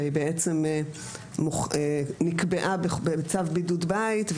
שבעצם נקבע בצו בידוד בית,